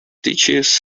teaches